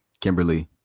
Kimberly